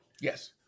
Yes